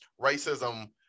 racism